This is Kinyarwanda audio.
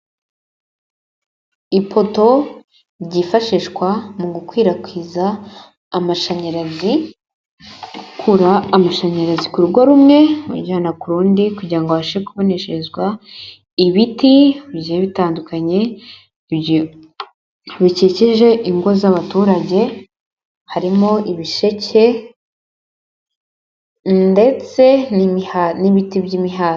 Ipoto ryifashishwa mu gukwirakwiza amashanyarazi, gukura amashanyarazi ku rugo rumwe bajyana ku rundi kugira ngo habashe kuboneshezwa, ibiti bitandukanye bikikije ingo z'abaturage harimo ibisheke ndetse n' n'ibiti by'imihati.